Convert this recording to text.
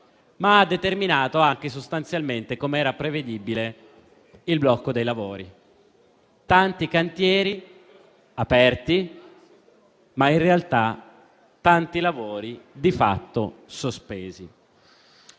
a smaltire, ma anche sostanzialmente, come era prevedibile, il blocco dei lavori. Tanti cantieri aperti, ma in realtà tanti lavori di fatto sospesi.